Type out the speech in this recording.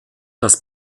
das